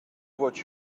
what